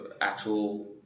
actual